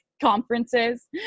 conferences